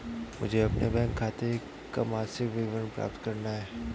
मुझे अपने बैंक खाते का मासिक विवरण प्राप्त करना है?